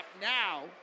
now